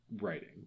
writing